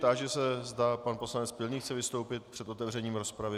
Táži se, zda pan poslanec Pilný chce vystoupit před otevřením rozpravy.